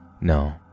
No